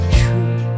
true